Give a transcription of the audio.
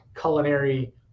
culinary